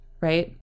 right